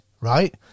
right